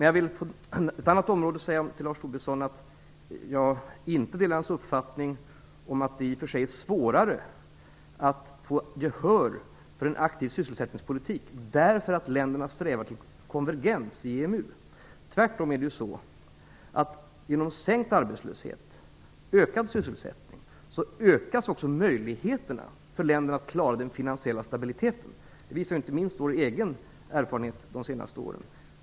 Jag delar däremot inte Lars Tobissons uppfattning om att det i och för sig är svårare att få gehör för en aktiv sysselsättningspolitik därför att länderna strävar mot konvergens i EMU. Tvärtom: Genom sänkt arbetslöshet och ökad sysselsättning ökas också möjligheterna för länderna att klara den finansiella stabiliteten. Det visar inte minst vår egen erfarenhet de senaste åren.